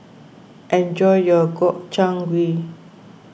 enjoy your Gobchang Gui